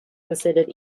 considered